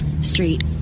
Street